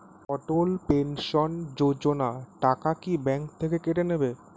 অটল pension Yojana টাকা কি bank থেকে কেটে নেবে?